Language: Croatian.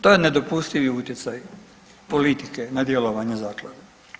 To je nedopustivi utjecaj politike na djelovanje zaklade.